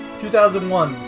2001